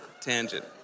tangent